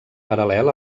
paral·lel